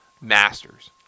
masters